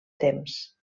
temps